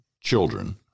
children